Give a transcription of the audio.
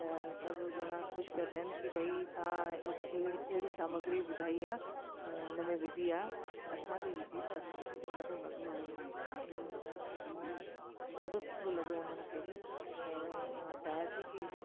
त सब ॼणा ख़ुशि पिया थियनि की भाई तव्हां अहिड़ी सामग्री ॿुधाई आहे हुनमें विधि आहे असां बि विधि त असांखे बि ॾाढो मज़ो आयो अ ॾाढो सुठो लॻो उन्हनि खे बि त मां चाहियां थी की